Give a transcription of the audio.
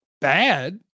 bad